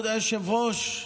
כבוד היושב-ראש,